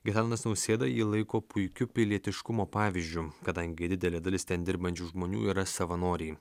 gitanas nausėda jį laiko puikiu pilietiškumo pavyzdžiu kadangi didelė dalis ten dirbančių žmonių yra savanoriai